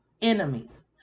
enemies